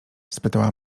spytała